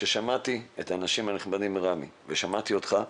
ששמעתי את האנשים הנכבדים מרמ"י ושמעתי אותך,